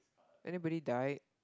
anybody die